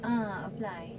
ah apply